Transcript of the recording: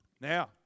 Now